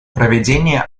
проведение